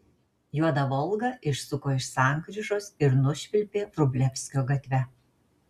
juoda volga išsuko iš sankryžos ir nušvilpė vrublevskio gatve